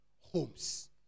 homes